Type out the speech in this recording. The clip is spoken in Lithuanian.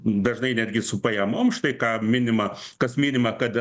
dažnai netgi su pajamom štai ką minima kas minima kad